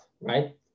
right